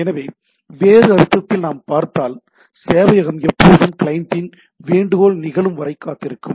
எனவே வேறு அர்த்தத்தில் நாங்கள் பார்த்தால் சேவையகம் எப்போதும் கிளையண்ட்டின் வேண்டுகோள் நிகழும் வரை காத்திருக்கும்